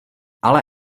ale